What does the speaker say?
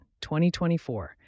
2024